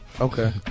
okay